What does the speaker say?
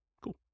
Cool